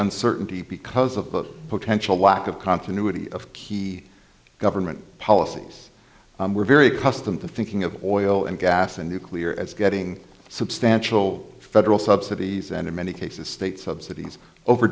uncertainty because of the potential lack of continuity of key government policies were very custom to thinking of oil and gas and nuclear as getting substantial federal subsidies and in many cases state subsidies over